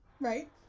right